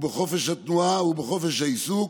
בחופש התנועה ובחופש העיסוק,